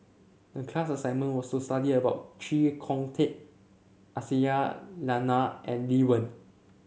a class assignment was to study about Chee Kong Tet Aisyah Lyana and Lee Wen